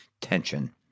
tension